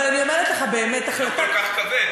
אבל אני אמרת לך באמת, החרפה, אני לא כל כך כבד.